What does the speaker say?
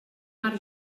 marc